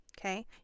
Okay